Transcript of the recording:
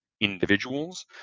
individuals